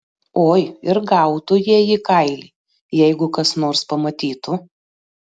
oi ir gautų jie į kailį jeigu kas nors pamatytų